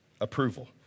approval